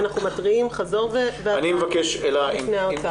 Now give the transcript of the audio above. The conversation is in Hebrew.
אנחנו מתריעים חזור והתרע בפני האוצר --- אני מבקש,